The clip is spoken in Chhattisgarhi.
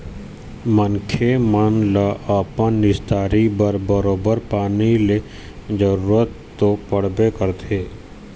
मनखे मन ल अपन निस्तारी बर बरोबर पानी के जरुरत तो पड़बे करथे